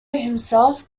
himself